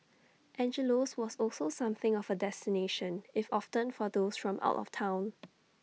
Angelo's was also something of A destination if often for those from out of Town